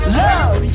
love